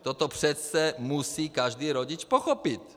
Toto přece musí každý rodič pochopit!